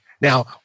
Now